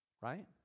right